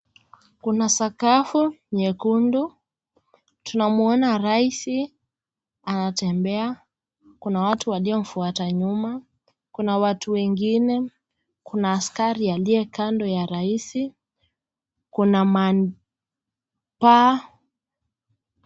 Kuna sakafu nyekundu tunamwona raisi anatembea . Kuna watu waliomfuata nyuma . Kuna watu wengine , kuna askaria aliye kando ya raisi . Kuna ma paa.